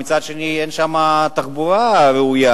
ומצד שני אין שם תחבורה ראויה,